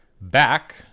Back